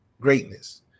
greatness